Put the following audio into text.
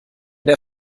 der